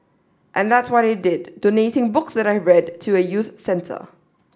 and that's what I did donating books that I've read to a youth centre